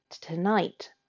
tonight